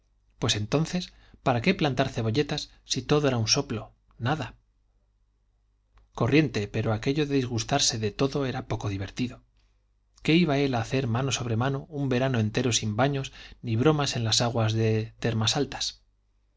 pues entonces para qué plantar cebolletas si todo era un soplo nada corriente pero aquello de disgustarse de todo era poco divertido qué iba él a hacer mano sobre mano un verano entero sin baños ni bromas en las aguas de